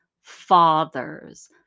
fathers